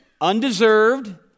undeserved